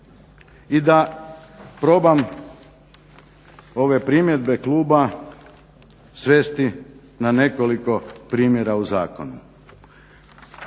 I da probam ove primjedbe kluba svesti na nekoliko primjera u zakon.